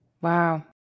Wow